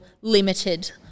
limited